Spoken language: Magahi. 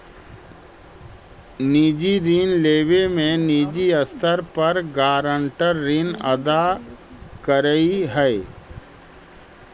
निजी ऋण लेवे में निजी स्तर पर गारंटर ऋण अदा करऽ हई